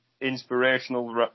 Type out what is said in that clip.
inspirational